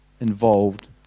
involved